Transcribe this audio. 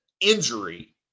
injury